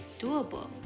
doable